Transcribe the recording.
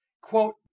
Quote